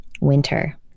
winter